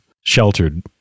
sheltered